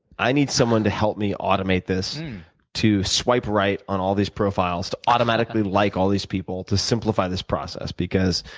i need someone to help me automate this to swipe right on all these profiles to automatically like all these people, to simplify this process, because